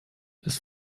ist